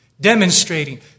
Demonstrating